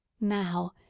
Now